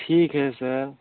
ठीक है सर